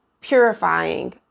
purifying